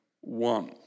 one